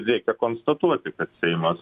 reikia konstatuoti kad seimas